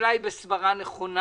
השאלה היא בסברה נכונה.